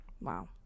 wow